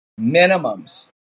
minimums